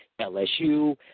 LSU